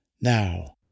now